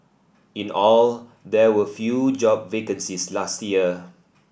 in all there were few job vacancies last year